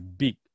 big